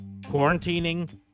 quarantining